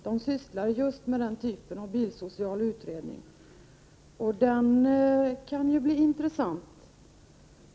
De sysslade just med den här typen av bilsocial utredning. Den kan ju bli intressant.